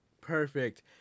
perfect